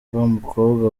wamukobwa